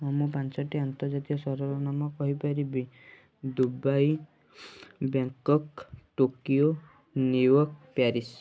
ହଁ ମୁଁ ପାଞ୍ଚଟି ଅନ୍ତର୍ଜାତୀୟ ସହରର ନାମ କହିପାରିବି Dubai Bangkok Tokyo New York Paris